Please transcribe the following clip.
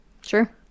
sure